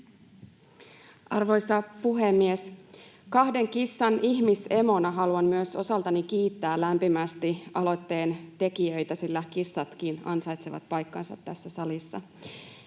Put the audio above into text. Arvoisa puhemies! Kahden kissan ihmisemona haluan myös osaltani kiittää lämpimästi aloitteentekijöitä, sillä kissatkin ansaitsevat paikkansa tässä salissa.